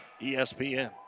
ESPN